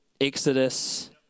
Exodus